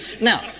now